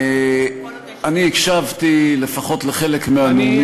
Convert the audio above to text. אני הקשבתי לפחות לחלק מהנאומים,